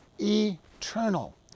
eternal